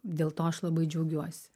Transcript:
dėl to aš labai džiaugiuosi